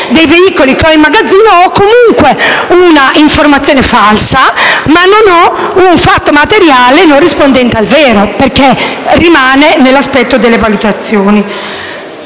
dei veicoli stessi, comunico comunque un'informazione falsa, ma non un fatto materiale non rispondente al vero, perché si rimane nell'ambito delle valutazioni.